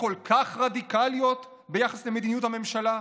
כל כך רדיקליות ביחס למדיניות הממשלה?